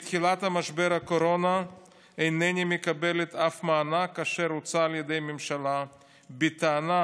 מתחילת משבר הקורונה איני מקבלת אף מענק שהוצע על ידי הממשלה בטענה